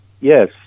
Yes